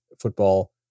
football